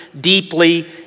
deeply